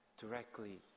directly